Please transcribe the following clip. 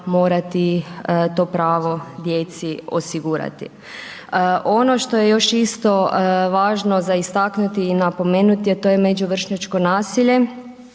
morati to pravo djeci osigurati. Ono što je još isto važno za istaknuti i napomenuti, a to je među vršnjačko nasilje,